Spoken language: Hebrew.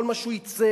כל מה שהוא ייצג,